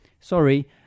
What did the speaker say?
Sorry